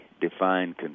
defined